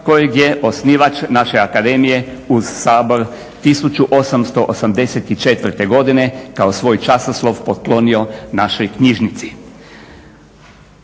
kojeg je osnivač naše Akademije uz Sabor 1884. godine kao svoj časoslov poklonio našoj knjižnici.